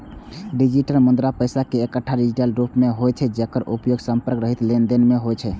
digital मुद्रा पैसा के एकटा डिजिटल रूप होइ छै, जेकर उपयोग संपर्क रहित लेनदेन मे होइ छै